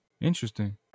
Interesting